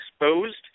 exposed